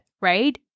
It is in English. right